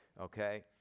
okay